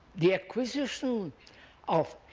the acquisition of